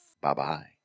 Bye-bye